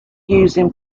using